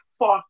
fuck